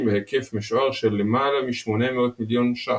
בהיקף משוער של למעלה מ־800 מיליון ש"ח.